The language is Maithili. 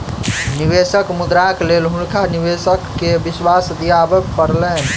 निवेशक मुद्राक लेल हुनका निवेशक के विश्वास दिआबय पड़लैन